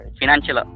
financial